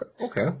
Okay